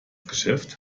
geschäft